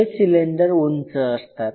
हे सिलेंडर उंच असतात